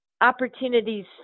opportunities